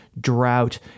drought